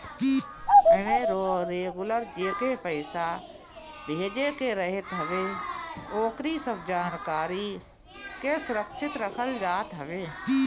एमे रेगुलर जेके पईसा भेजे के रहत हवे ओकरी सब जानकारी के सुरक्षित रखल जात हवे